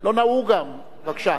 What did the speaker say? בבקשה, כבוד השר.